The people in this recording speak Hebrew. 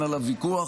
אין עליו ויכוח.